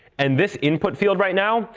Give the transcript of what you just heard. and this input field right now,